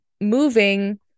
moving